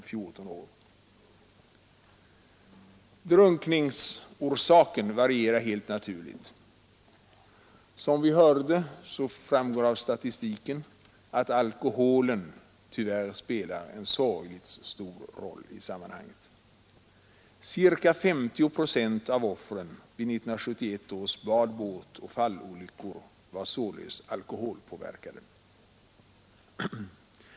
Drunkningsorsakerna varierar helt naturligt. Som framgår av statistiken spelar alkoholen tyvärr en sorgligt stor roll i sammanhanget. Ca 50 procent av offren vid 1971 års bad-, båtoch fallolyckor var sålunda alkoholpåverkade.